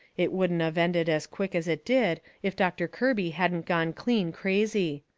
it wouldn't of ended as quick as it did if doctor kirby hadn't gone clean crazy.